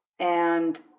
and